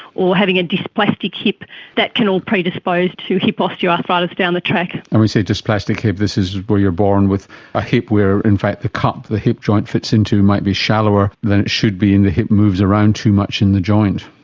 or having a dysplastic hip, that can all predispose to hip osteoarthritis down the track. and when we say dysplastic hip, this is where you are born with a hip where in fact the cup the hip joint fits into might be shallower than it should be and the hip moves around too much in the joint.